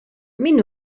min